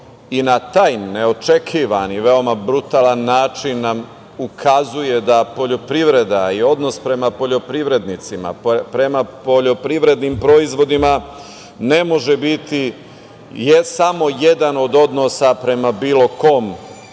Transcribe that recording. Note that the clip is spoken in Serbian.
i na taj neočekivani, veoma brutalan način nam ukazuje da poljoprivreda i odnos prema poljoprivrednicama, prema poljoprivrednim proizvodima ne može biti samo jedan od odnosa prema bilo kom